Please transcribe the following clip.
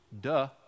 duh